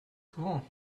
souvent